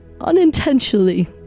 Unintentionally